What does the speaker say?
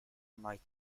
might